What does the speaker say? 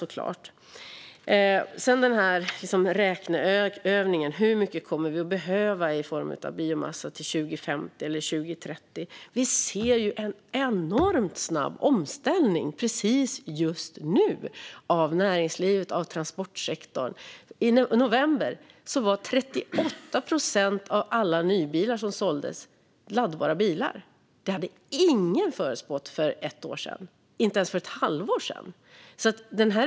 Så till hur mycket biomassa vi kommer att behöva till 2030 eller 2050. Vi ser en enormt snabb omställning i detta nu av näringsliv och transportsektor. I november var 38 procent av alla nybilar som såldes laddbara. Det förutspådde ingen för ett år sedan, nej, inte ens för ett halvår sedan.